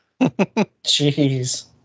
Jeez